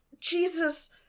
Jesus